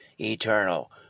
eternal